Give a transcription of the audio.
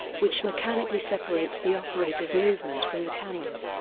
which mechanically separates the operator's movement from the camera's,